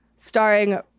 Starring